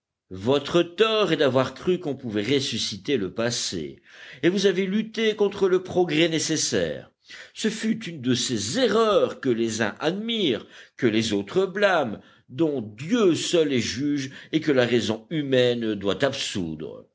votre tort est d'avoir cru qu'on pouvait ressusciter le passé et vous avez lutté contre le progrès nécessaire ce fut une de ces erreurs que les uns admirent que les autres blâment dont dieu seul est juge et que la raison humaine doit absoudre